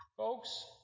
Folks